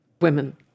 women